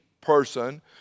person